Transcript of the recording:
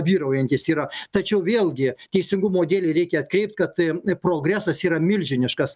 vyraujantis yra tačiau vėlgi teisingumo dėlei reikia atkreipt kad progresas yra milžiniškas